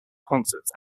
concerts